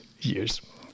years